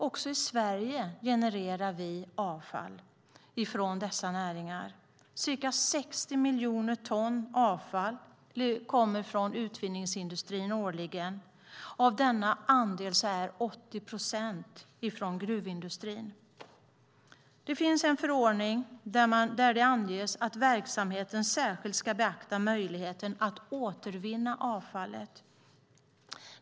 I Sverige genererar vi också avfall från dessa näringar. Ca 60 miljoner ton avfall kommer från utvinningsindustrin årligen. Av denna andel kommer 80 procent från gruvindustrin. Det finns en förordning där det anges att verksamheten särskilt ska beakta möjligheten att återvinna avfallet.